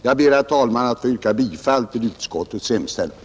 Jag ber att få yrka bifall till utskottets hemställan.